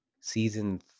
Season